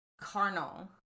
carnal